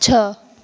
छह